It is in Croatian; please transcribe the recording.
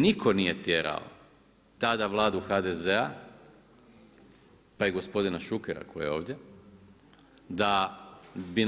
Nitko nije tjerao tada Vladu HDZ-a pa i gospodina Šukera koji je ovdje da bi